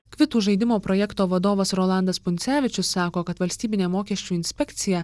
kvitų žaidimo projekto vadovas rolandas puncevičius sako kad valstybinė mokesčių inspekcija